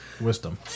Wisdom